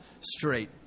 straight